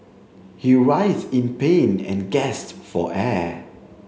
he writhed in pain and gasped for air